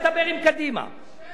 אני תיכף אדבר עם קדימה.